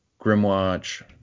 Grimwatch